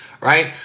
right